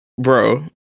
bro